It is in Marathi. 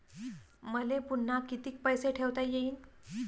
मले पुन्हा कितीक पैसे ठेवता येईन?